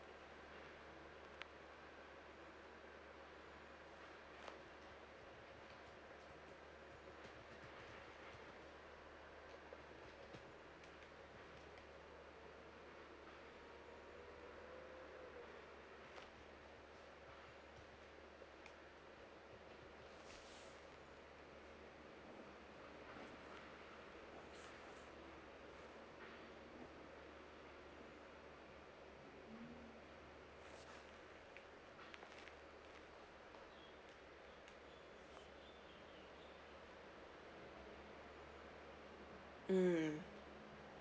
mm